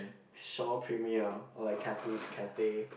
Shaw Premiere or like catha~ Cathay